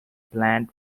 plant